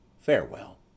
Farewell